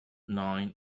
nine